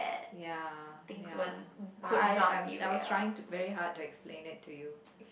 ya ya I I was trying to very hard to explain it to you